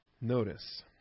Notice